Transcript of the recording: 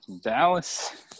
Dallas